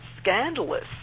scandalous